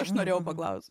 aš norėjau paklaust